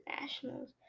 Nationals